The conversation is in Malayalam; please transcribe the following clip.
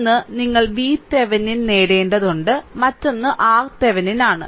ഒന്ന് നിങ്ങൾ VThevenin നേടേണ്ടതുണ്ട് മറ്റൊന്ന് RThevenin ആണ്